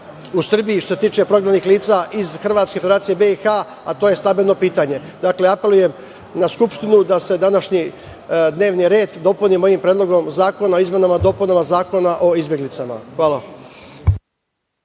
u Srbiji, što se tiče prognanih lica iz Hrvatske, Federacije BiH, a to je stambeno pitanje. Apelujem na Skupštinu da se današnji dnevni red, dopuni mojim predlogom zakona o izmenama i